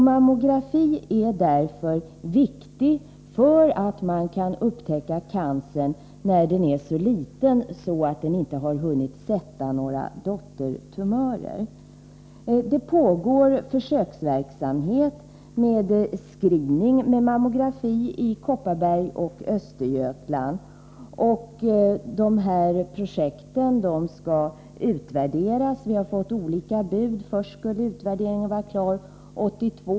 Mammografi är därför viktig för att man skall kunna upptäcka tumören när den är så liten att den inte hunnit sätta några dottertumörer. Det pågår försöksverksamhet med mammografi-screening i Kopparberg och Östergötland. Projekten skall utvärderas. Vi har fått olika bud. Först sades det att utvärderingen skulle vara klar 1982.